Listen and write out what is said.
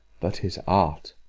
but his art.